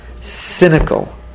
Cynical